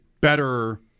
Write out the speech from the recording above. better